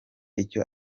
icyo